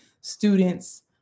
students